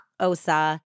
Osa